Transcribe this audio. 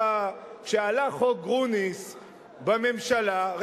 כשעלה חוק גרוניס בממשלה,